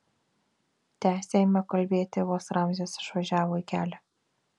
tęsė ėmė kalbėti vos ramzis išvažiavo į kelią